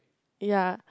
yea